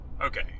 Okay